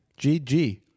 GG